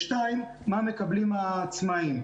שניים, מה מקבלים העצמאים?